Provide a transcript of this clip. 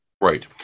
Right